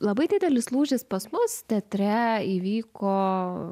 labai didelis lūžis pas mus teatre įvyko